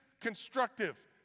constructive